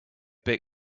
big